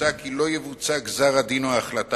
מוצע כי לא יבוצע גזר-הדין או ההחלטה,